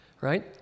right